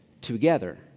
together